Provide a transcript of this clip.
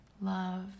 love